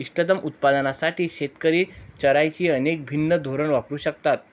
इष्टतम उत्पादनासाठी शेतकरी चराईची अनेक भिन्न धोरणे वापरू शकतात